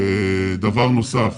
דבר נוסף